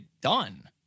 done